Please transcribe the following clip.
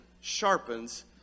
sharpens